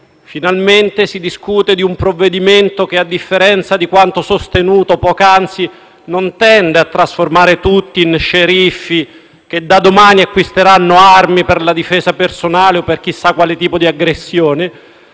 finalmente si discute di un provvedimento che, a differenza di quanto sostenuto poc'anzi, non tende a trasformare tutti in sceriffi che da domani acquisteranno armi per la difesa personale o per chissà quale tipo di aggressione.